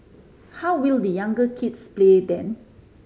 how will the younger kids play then